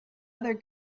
other